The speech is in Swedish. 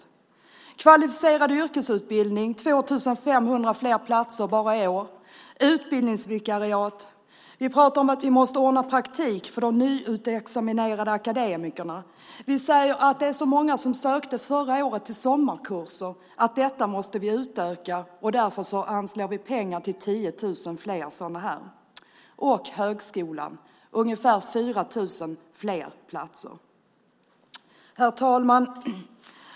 I kvalificerad yrkesutbildning föreslår vi 2 500 fler platser bara i år. När det gäller utbildningsvikariat pratar vi om att vi måste ordna praktik för de nyutexaminerade akademikerna. Vi säger att eftersom det var så många förra året som sökte till sommarkurser måste vi utöka dem. Därför anslår vi pengar till 10 000 fler sådana. Och till högskolan föreslår vi ungefär 4 000 fler platser. Herr talman!